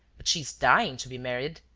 but she is dying to be married.